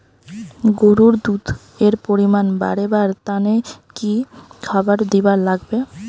গরুর দুধ এর পরিমাণ বারেবার তানে কি খাবার দিবার লাগবে?